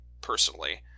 personally